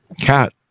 cat